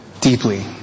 deeply